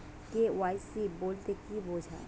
KYC বলতে কি বোঝায়?